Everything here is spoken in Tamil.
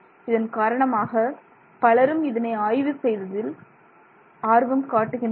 இதன் காரணமாக பலரும் இதனை ஆய்வு செய்வதில் ஆர்வம் காட்டுகின்றனர்